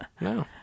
No